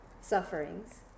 sufferings